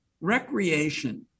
recreation